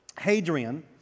Hadrian